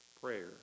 prayer